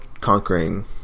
conquering